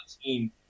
team